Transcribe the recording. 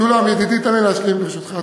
משולם, ידידי, תן לי להשלים, ברשותך.